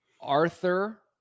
Arthur